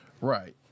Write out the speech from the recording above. Right